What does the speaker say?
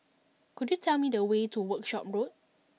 could you tell me the way to Workshop Road